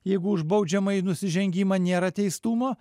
jeigu už baudžiamąjį nusižengimą nėra teistumo